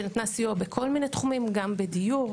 שנתנה סיוע בכל מיני תחומים כמו: חינוך ודיור.